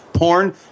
Porn